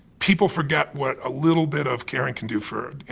people forget what a little bit of caring can do for, you